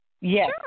Yes